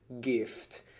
gift